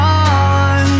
on